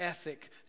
ethic